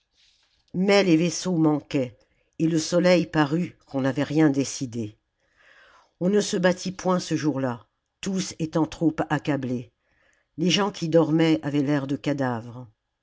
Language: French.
mais les vaisseaux manquaient et le soleil parut qu'on n'avait rien décidé on ne se battit point ce jour-là tous étant trop accablés les gens qui dormaient avaient l'air de cadavres